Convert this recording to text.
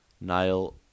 Niall